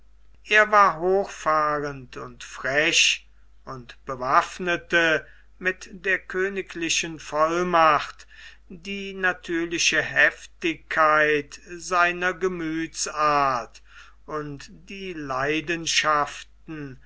er war hochfahrend und frech und bewaffnete mit der königlichen vollmacht die natürliche heftigkeit seiner gemüthsart und die leidenschaften